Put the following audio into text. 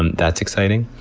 and that's exciting.